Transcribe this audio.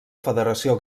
federació